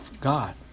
God